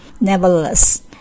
Nevertheless